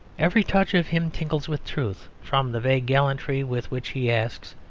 every touch of him tingles with truth, from the vague gallantry with which he asks,